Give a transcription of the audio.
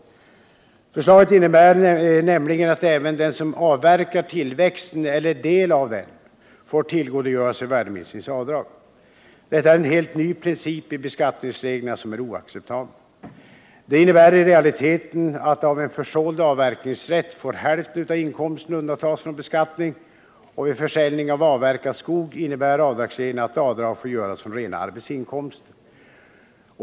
Förslaget innebär nämligen att även den som avverkar tillväxten eller del av den får tillgodogöra sig värdeminskningsavdrag. Detta är en helt ny princip i beskattningsreglerna som är oacceptabel. Det innebär i realiteten att av en försåld avverkningsrätt får hälften av inkomsten undantas från beskattning, och vid försäljning av avverkad skog innebär avdragsreglerna att avdrag får göras från rena arbetsinkomster.